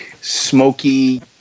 smoky